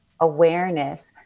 awareness